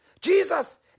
Jesus